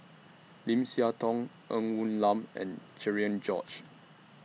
Lim Siah Tong Ng Woon Lam and Cherian George